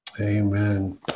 Amen